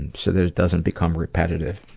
and so that it doesn't become repetitive.